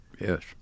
Yes